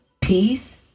peace